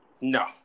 No